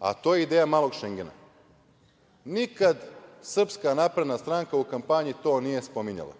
a to je ideja "malog Šengena".Nikada Srpska napredna stranka u kampanji to nije spominjala.